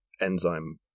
enzyme